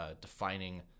defining